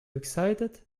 excited